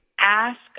ask